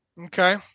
Okay